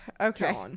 okay